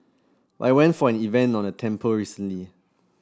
but I went for an event at a temple recently